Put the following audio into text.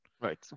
Right